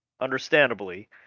understandably